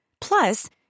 Plus